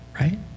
right